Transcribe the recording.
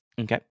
okay